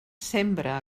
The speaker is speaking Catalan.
sembra